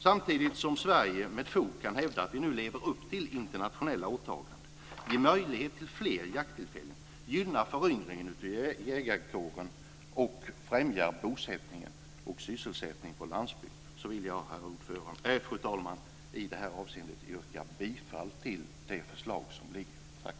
Samtidigt som Sverige med fog kan hävda att vi nu lever upp till internationella åtaganden ger vi möjlighet till fler jakttillfällen, gynnar föryngringen av jägarkåren och främjar bosättningen och sysselsättningen på landsbygden. I det avseendet yrkar jag bifall till föreliggande förslag.